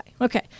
Okay